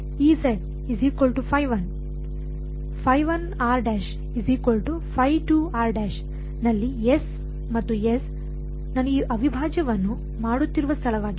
ನಲ್ಲಿ ಎಸ್ ಮತ್ತು ಎಸ್ ನಾನು ಈ ಅವಿಭಾಜ್ಯವನ್ನು ಮಾಡುತ್ತಿರುವ ಸ್ಥಳವಾಗಿದೆ